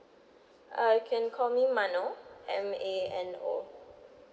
uh can call me mano M A N O